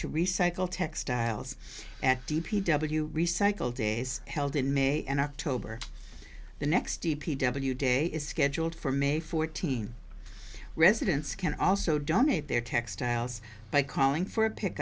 to recycle textiles and d p w recycled days held in may and october the next d p w day is scheduled for may fourteen residents can also donate their textiles by calling for a pick